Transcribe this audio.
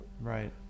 Right